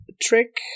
Trick